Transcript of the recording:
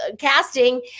casting